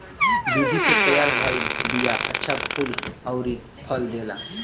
विधि से तैयार भइल बिया अच्छा फूल अउरी फल देला